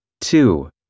Two